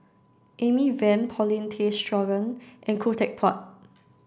Amy Van Paulin Tay Straughan and Khoo Teck Puat